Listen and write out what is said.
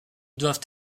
doivent